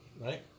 right